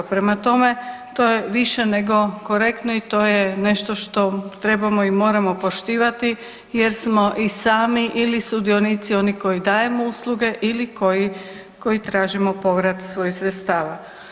Prema tome, to je više nego korektno i to je nešto što trebamo i moramo poštivati jer smo i sami ili sudionici oni koji dajemo usluge ili koji, koji tražimo povrat svojih sredstava.